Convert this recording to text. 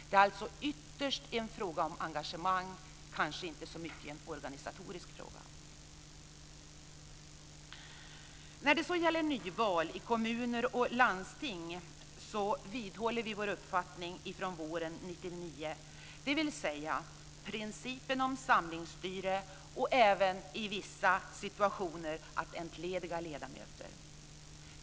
Det är alltså ytterst en fråga om engagemang och kanske inte så mycket en organisatorisk fråga. När det så gäller nyval i kommuner och landsting vidhåller vi vår uppfattning från våren 1999, dvs. principen om samlingsstyre och även, i vissa situationer, att entlediga ledamöter.